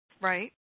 Right